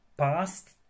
Past